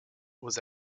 was